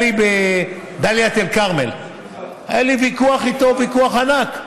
בדאלית אל-כרמל היה לי ויכוח ענק איתו: